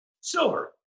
Silver